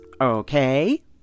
Okay